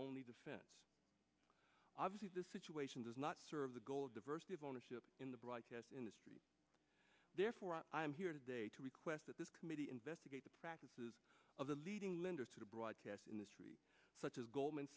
only defense obviously the situation does not serve the goal of diversity of ownership in the broadcast industry therefore i am here today to request that this committee investigate the practices of the leading lenders to the broadcast industry such as goldman